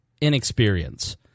inexperience